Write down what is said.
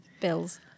bills